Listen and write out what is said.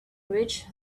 rich